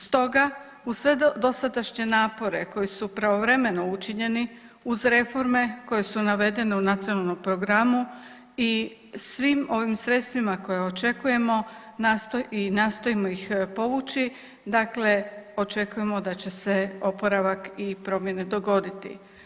Stoga uz sve dosadašnje napore koji su pravovremeno učinjeni uz reforme koje su navedene u Nacionalnom programu i svim ovim sredstvima koje očekujemo i nastojimo ih povući očekujemo da će se oporavak i promjene dogoditi.